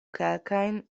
kelkajn